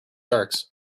sharks